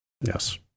Yes